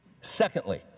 Secondly